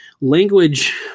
language –